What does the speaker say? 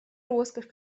роскошь